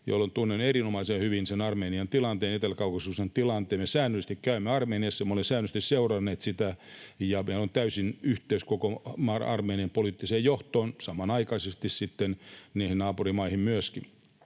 jolloin tunnen erinomaisen hyvin sen Armenian tilanteen, Etelä-Kaukasuksen tilanteen. Me säännöllisesti käymme Armeniassa, me olemme säännöllisesti seuranneet sitä, ja meillä on täysi yhteys Armenian koko poliittiseen johtoon, samanaikaisesti naapurimaihin myöskin.